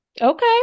okay